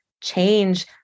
change